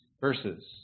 verses